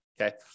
okay